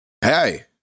Hey